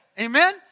amen